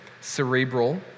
cerebral